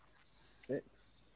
six